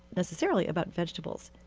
necessarily about vegetables.